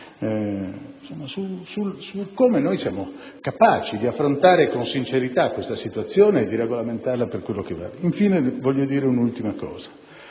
su come siamo capaci di affrontare con sincerità tale situazione e di regolamentarla per quello che vale. Infine, un'ultima